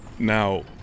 Now